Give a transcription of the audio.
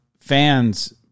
Fans